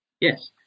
Yes